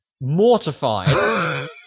mortified